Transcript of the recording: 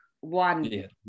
one